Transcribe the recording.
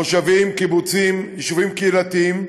מושבים, קיבוצים, יישובים קהילתיים,